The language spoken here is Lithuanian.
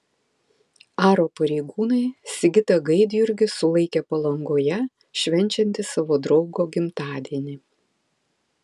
aro pareigūnai sigitą gaidjurgį sulaikė palangoje švenčiantį savo draugo gimtadienį